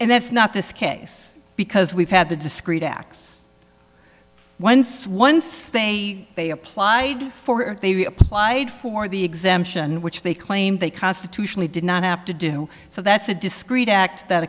and that's not this case because we've had the discrete acts once once they they applied for it they were applied for the exemption which they claimed they constitutionally did not have to do so that's a discreet act that